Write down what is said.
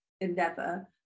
endeavor